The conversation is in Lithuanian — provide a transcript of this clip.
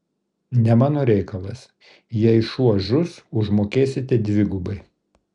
ne mano reikalas jei šuo žus užmokėsite dvigubai